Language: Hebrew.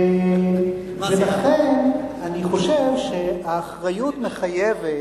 ולכן אני חושב שהאחריות מחייבת,